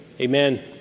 amen